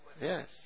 Yes